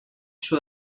sud